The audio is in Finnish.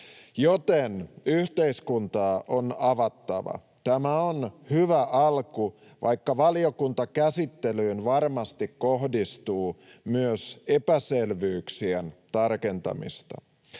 joten yhteiskuntaa on avattava. Tämä on hyvä alku, vaikka valiokuntakäsittelyyn varmasti kohdistuu myös epäselvyyksien tarkentamista.